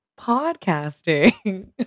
podcasting